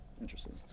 Interesting